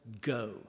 go